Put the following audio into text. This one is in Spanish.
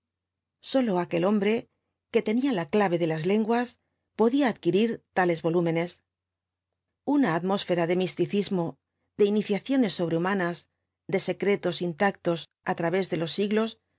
sólo aquel hombre que tenía la clave de las lenguas podía adquirir tales volúmenes una atmósfera de misticismo de iniciaciones sobrehumanas de secretos intactos á través de los siglos parecía desprenderse de